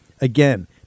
Again